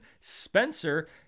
Spencer